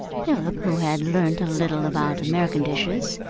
philip, who had learnt a little about american dishes,